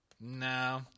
No